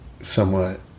somewhat